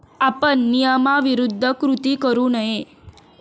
आपण नियमाविरुद्ध कृती करू नये